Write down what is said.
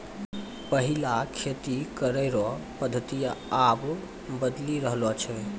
पैहिला खेती करै रो पद्धति आब बदली रहलो छै